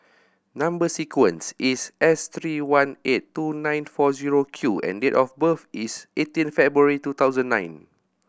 number sequence is S three one eight two nine four zero Q and date of birth is eighteen February two thousand nine